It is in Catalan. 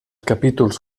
capítols